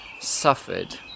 Suffered